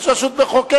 יש רשות מחוקקת,